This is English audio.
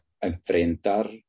enfrentar